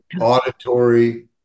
auditory